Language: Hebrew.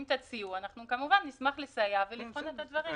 אם תציעו, כמובן נשמח לסייע ולבחון את הדברים.